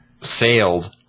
sailed